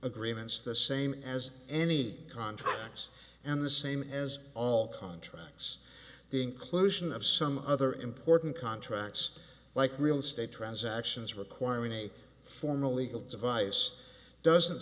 agreements the same as any contracts and the same as all contracts the inclusion of some other important contracts like real estate transactions requiring a formal legal device doesn't